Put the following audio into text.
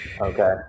okay